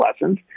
lessons